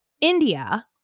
India